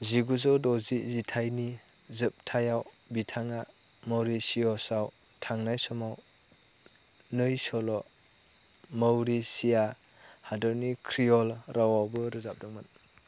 जिगुजौ द'जि जिथाइनि जोबथायाव बिथाङा मरिशियासआव थांनाय समाव नै सल' मरिशिया हादोरनि क्रियल रावावबो रोजाबदोंमोन